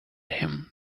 him